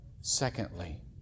Secondly